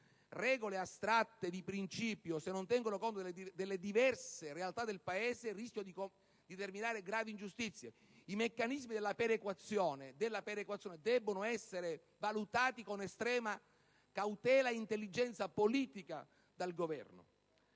regole astratte e di principio che non tengono conto delle diverse realtà del Paese rischiano di determinare gravi ingiustizie. I meccanismi della perequazione devono essere valutati con estrema cautela e intelligenza politica dal Governo.